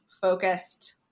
focused